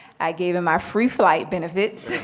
i gave in my free flight benefits.